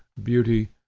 beauty,